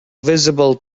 visible